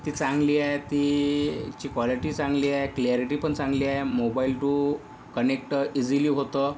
ती चांगली आहे ती ची कॉलेटी चांगली आहे क्लॅरिटी पण चांगली आहे मोबाईल टू कनेक्ट ईझिली होतं